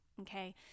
okay